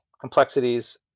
complexities